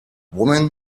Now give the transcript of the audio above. woman